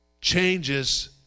changes